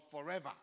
forever